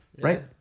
right